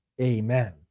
Amen